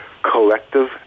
Collective